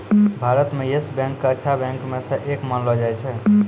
भारत म Yes Bank क अच्छा बैंक म स एक मानलो जाय छै